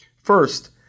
First